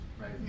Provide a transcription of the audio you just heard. right